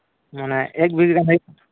ᱢᱟᱱᱮ ᱮᱠ ᱵᱤᱜᱷᱟᱹ ᱜᱟᱱ ᱦᱩᱭᱩᱜᱼᱟ